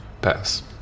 Pass